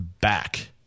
back